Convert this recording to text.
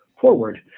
forward